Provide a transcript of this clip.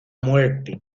muerte